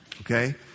Okay